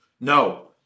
No